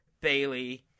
Bailey